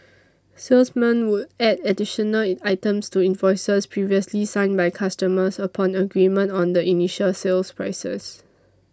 salesmen would add additional items to invoices previously signed by customers upon agreement on the initial sales prices